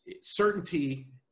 certainty